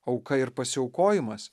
auka ir pasiaukojimas